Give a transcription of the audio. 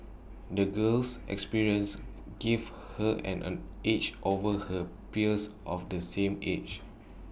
the girl's experiences gave her and an edge over her peers of the same age